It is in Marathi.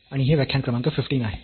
आणि आज हे व्याख्यान क्रमांक 15 आहे